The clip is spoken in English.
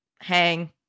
hang